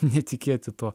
netikėti tuo